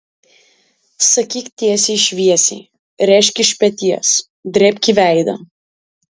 sakyk tiesiai šviesiai rėžk iš peties drėbk į veidą